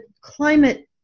climate